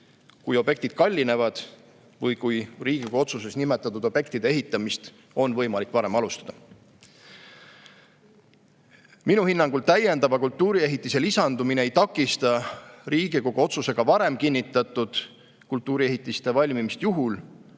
kui objektid kallinevad või kui Riigikogu otsuses nimetatud objektide ehitamist on võimalik varem alustada. Minu hinnangul ei takista täiendava kultuuriehitise lisandumine Riigikogu otsusega varem kinnitatud kultuuriehitiste valmimist juhul,